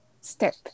step